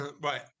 Right